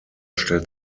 stellt